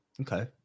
Okay